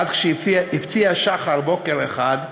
/ ואז כשהפציע השחר בוקר אחד,